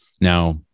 Now